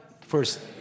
first